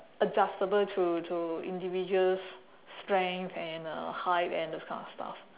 adjustable to to individuals' strength and uh height and those kind of stuff